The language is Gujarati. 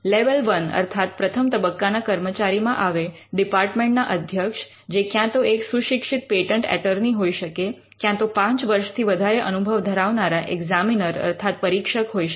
લેવલ વન અર્થાત પ્રથમ તબક્કાના કર્મચારીમાં આવે ડિપાર્ટમેન્ટ ના અધ્યક્ષ જે કાં તો એક સુશિક્ષિત પેટન્ટ એટર્ની હોઈ શકે કાં તો પાંચ વર્ષથી વધારે અનુભવ ધરાવનારા ઇગ્ઝૅમિનર અર્થાત પરીક્ષક હોઈ શકે